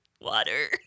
Water